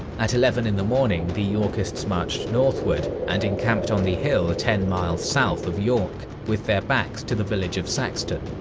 at eleven in the morning, the yorkists marched northward and encamped on the hill ten miles south of york, with their backs to the village of saxton.